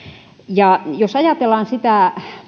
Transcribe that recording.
jos ajatellaan sitä